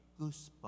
goosebumps